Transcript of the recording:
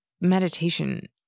meditation